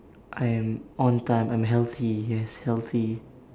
I am on time I'm healthy yes healthy